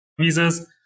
visas